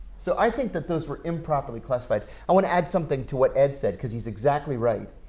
so i think that those were improperly classified. i want to add something to what ed said because he's exactly right.